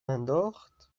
انداخت